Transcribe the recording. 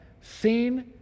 Seen